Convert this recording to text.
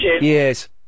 yes